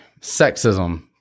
sexism